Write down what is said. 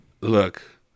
look